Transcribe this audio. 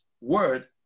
word